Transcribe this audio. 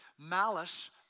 malice